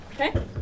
Okay